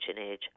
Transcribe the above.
age